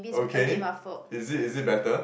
okay is it is it better